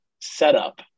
setup